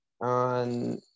on